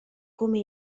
come